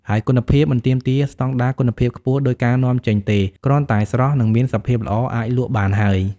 ហើយគុណភាព មិនទាមទារស្តង់ដារគុណភាពខ្ពស់ដូចការនាំចេញទេ គ្រាន់តែស្រស់ និងមានសភាពល្អអាចលក់បានហើយ។